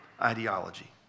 ideology